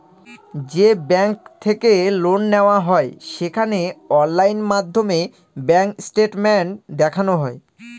যে ব্যাঙ্ক থেকে লোন নেওয়া হয় সেখানে অনলাইন মাধ্যমে ব্যাঙ্ক স্টেটমেন্ট দেখানো হয়